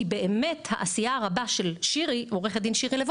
כי באמת העשייה הרבה של עורכת דין שירי לב